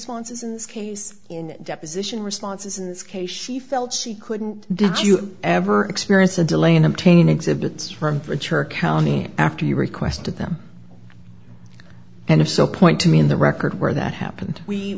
responses in this case in deposition responses in this case she felt she couldn't did you ever experience a delay in obtaining exhibits from the church county after you requested them and if so point to me in the record where that happened we